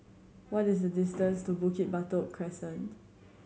what is the distance to Bukit Batok Crescent